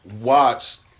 watched